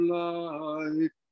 light